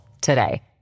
today